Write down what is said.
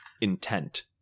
intent